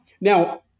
Now